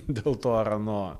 dėl to ar ano